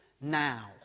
now